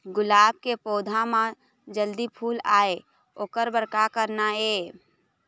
गुलाब के पौधा म जल्दी फूल आय ओकर बर का करना ये?